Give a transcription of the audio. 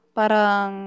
parang